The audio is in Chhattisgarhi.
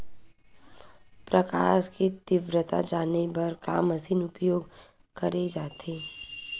प्रकाश कि तीव्रता जाने बर का मशीन उपयोग करे जाथे?